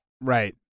Right